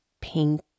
pink